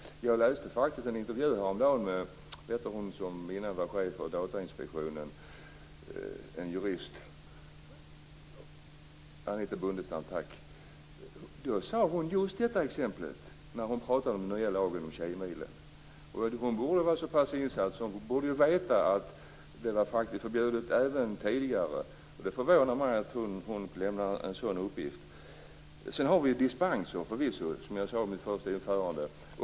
Jag läste faktiskt en intervju häromdagen med Anitha Bondestam, som tidigare var chef för Datainspektionen. Hon nämnde just exemplet Tjejmilen när hon talade om den nya lagen. Hon borde vara så pass insatt att hon vet att det var förbjudet även tidigare. Det förvånar mig att hon lämnar en sådan uppgift. Vi har förvisso dispenser, som jag sade i mitt första anförande.